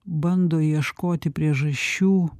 bando ieškoti priežasčių